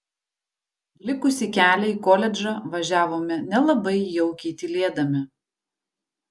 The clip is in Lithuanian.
likusį kelią į koledžą važiavome nelabai jaukiai tylėdami